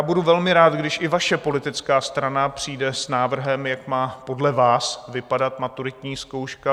Budu velmi rád, když i vaše politická strana přijde s návrhem, jak má podle vás vypadat maturitní zkouška.